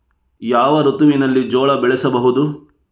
ಯಾವ ಋತುವಿನಲ್ಲಿ ಜೋಳ ಬೆಳೆಸಬಹುದು?